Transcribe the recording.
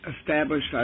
established